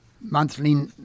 monthly